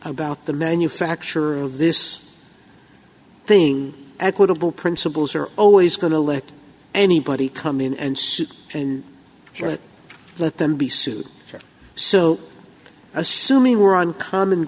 about the manufacture of this thing equitable principles are always going to let anybody come in and sue and let them be sued so assuming we're on common